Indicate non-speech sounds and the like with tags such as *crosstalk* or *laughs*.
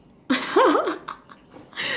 *laughs*